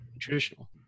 traditional